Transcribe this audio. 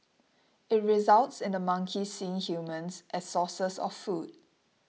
it results in the monkeys seeing humans as sources of food